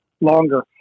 longer